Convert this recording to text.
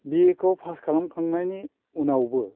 बि A खौ pass खालामखांनायनि उनावबो